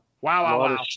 wow